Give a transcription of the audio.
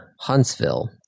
Huntsville